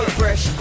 fresh